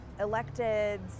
elected